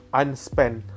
unspent